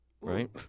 right